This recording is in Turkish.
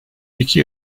iki